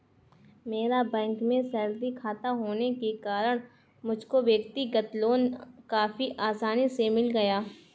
मेरा बैंक में सैलरी खाता होने के कारण मुझको व्यक्तिगत लोन काफी आसानी से मिल गया